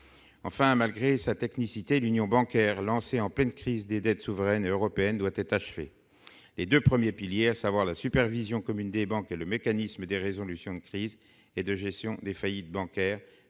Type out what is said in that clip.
enfin malgré sa technicité l'union bancaire lancée en pleine crise des dettes souveraines européennes doit être achevée, les 2 premiers piliers, à savoir la supervision commune des banques et le mécanisme des résolutions de crises et de gestion des faillites bancaires